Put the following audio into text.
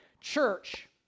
church